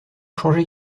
changer